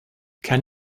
can